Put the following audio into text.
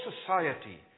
society